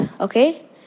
okay